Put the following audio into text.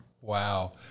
Wow